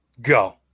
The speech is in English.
go